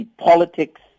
politics